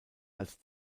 als